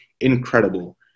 incredible